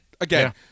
again